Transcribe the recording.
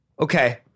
okay